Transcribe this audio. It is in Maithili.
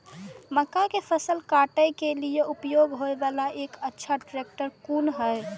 मक्का के फसल काटय के लिए उपयोग होय वाला एक अच्छा ट्रैक्टर कोन हय?